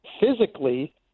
physically